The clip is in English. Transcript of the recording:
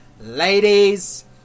ladies